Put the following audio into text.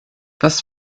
was